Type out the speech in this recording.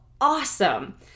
awesome